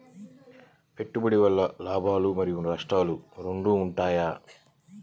పెట్టుబడి వల్ల లాభాలు మరియు నష్టాలు రెండు ఉంటాయా?